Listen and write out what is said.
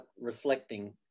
reflecting